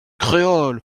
créole